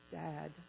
dad